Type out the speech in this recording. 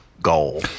goal